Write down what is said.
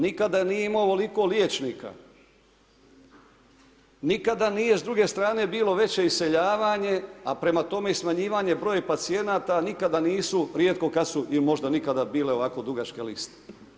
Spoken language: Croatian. Nikada nije imao ovoliko liječnika, nikada nije s druge strane bilo veće iseljavanje a prema tome i smanjivanje broja pacijenata, nikada nisu, rijetko kad su ili možda nikada bile ovako dugačke liste.